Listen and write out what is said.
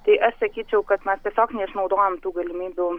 tai aš sakyčiau kad mes tiesiog neišnaudojam tų galimybių